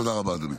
תודה רבה, אדוני.